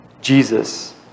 Jesus